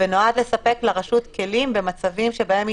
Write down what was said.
ונועד לספק לרשות כלים במצבים שבהם היא